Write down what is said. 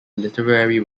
literary